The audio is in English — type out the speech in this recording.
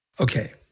Okay